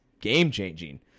game-changing